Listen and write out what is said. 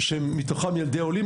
שמתוכם ילדי עולים,